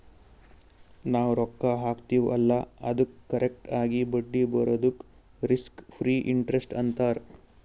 ನಾವ್ ರೊಕ್ಕಾ ಹಾಕ್ತಿವ್ ಅಲ್ಲಾ ಅದ್ದುಕ್ ಕರೆಕ್ಟ್ ಆಗಿ ಬಡ್ಡಿ ಬರದುಕ್ ರಿಸ್ಕ್ ಫ್ರೀ ಇಂಟರೆಸ್ಟ್ ಅಂತಾರ್